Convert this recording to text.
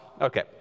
okay